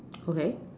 okay